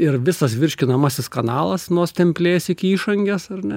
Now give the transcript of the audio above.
ir visas virškinamasis kanalas nuo stemplės iki išangės ar ne